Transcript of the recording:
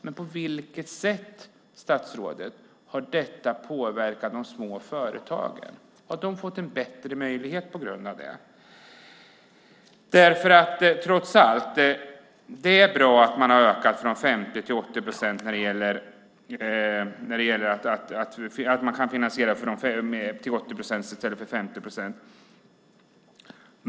Men på vilket sätt, statsrådet, har de påverkat de små företagen? Har de fått en bättre möjlighet på grund av dessa? Trots allt är möjligheten att finansiera till 80 procent i stället för 50 procent bra.